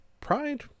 pride